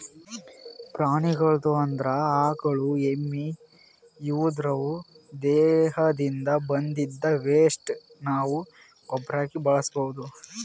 ಪ್ರಾಣಿಗಳ್ದು ಅಂದ್ರ ಆಕಳ್ ಎಮ್ಮಿ ಇವುದ್ರ್ ದೇಹದಿಂದ್ ಬಂದಿದ್ದ್ ವೆಸ್ಟ್ ನಾವ್ ಗೊಬ್ಬರಾಗಿ ಬಳಸ್ಬಹುದ್